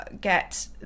get